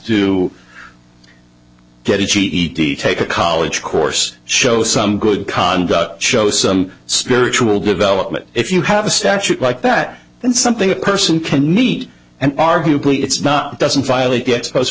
to get a ged take a college course show some good conduct show some spiritual development if you have a statute like that that's something a person can eat and arguably it's not doesn't violate the ex post